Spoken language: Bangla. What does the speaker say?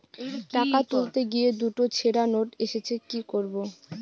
টাকা তুলতে গিয়ে দুটো ছেড়া নোট এসেছে কি করবো?